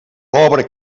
pobra